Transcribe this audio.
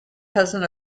cousin